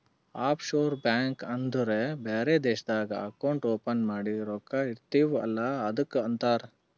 of sure bank ಅಂದುರ್ ಬೇರೆ ದೇಶ್ನಾಗ್ ಅಕೌಂಟ್ ಓಪನ್ ಮಾಡಿ ರೊಕ್ಕಾ ಇಡ್ತಿವ್ ಅಲ್ಲ ಅದ್ದುಕ್ ಅಂತಾರ್